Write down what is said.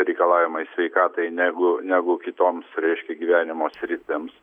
reikalavimai sveikatai negu negu kitoms reiškia gyvenimo sritims